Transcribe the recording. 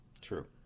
True